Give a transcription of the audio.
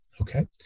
Okay